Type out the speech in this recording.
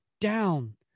Down